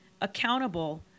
accountable